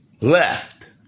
left